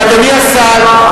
אדוני השר,